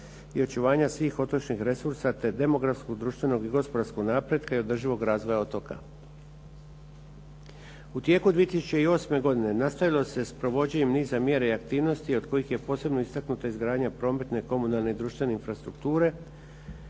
i očuvanja svih otočnih resursa te demografskog, društvenog i gospodarskog napretka i održivog razvoja otoka. U tijeku 2008. godine nastavilo se s provođenjem niza mjera i aktivnosti od kojih je posebno istaknuta izgradnja prometne, komunalne i društvene infrastrukture,